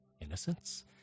innocence